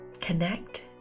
Connect